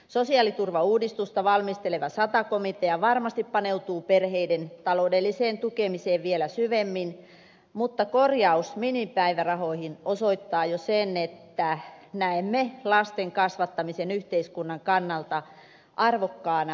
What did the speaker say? sosiaaliturvauudistusta valmisteleva sata komitea varmasti paneutuu perheiden taloudelliseen tukemiseen vielä syvemmin mutta korjaus minimipäivärahoihin osoittaa jo sen että näemme lasten kasvattamisen yhteiskunnan kannalta arvokkaana tehtävänä